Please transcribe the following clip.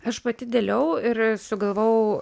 aš pati dėliojau ir sugalvojau